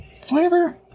flavor